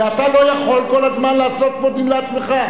ואתה לא יכול כל הזמן לעשות פה דין לעצמך.